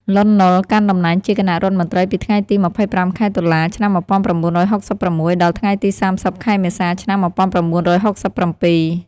លន់ នល់ កាន់តំណែងជាគណៈរដ្ឋមន្ត្រីពីថ្ងៃទី ២៥ ខែតុលា ឆ្នាំ១៩៦៦ ដល់ថ្ងៃទី ៣០ ខែមេសា ឆ្នាំ១៩៦៧។